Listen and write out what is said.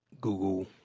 Google